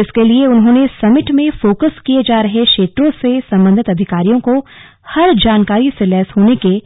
इसके लिए उन्होंने समिट में फोकस किए जा रहे क्षेत्रों से संबंधित अधिकारियों को हर जानकारी से लैस होने के